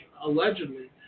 allegedly